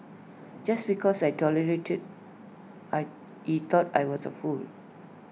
just because I tolerated I he thought I was A fool